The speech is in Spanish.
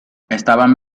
estaban